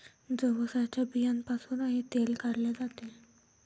जवसाच्या बियांपासूनही तेल काढले जाते